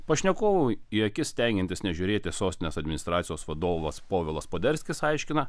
pašnekovui į akis stengiantis nežiūrėti sostinės administracijos vadovas povilas poderskis aiškina